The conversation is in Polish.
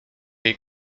jej